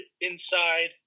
inside